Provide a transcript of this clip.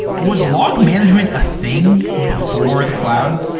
was log management a thing before the cloud?